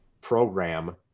program